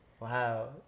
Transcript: wow